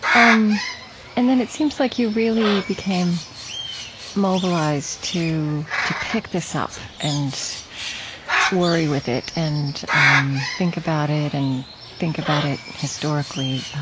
um and then it seems like you really became mobilized to to pick this up and worry with it, and think about it, and think about it historically.